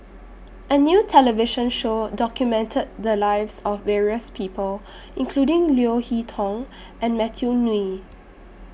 A New television Show documented The Lives of various People including Leo Hee Tong and Matthew